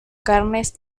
carnes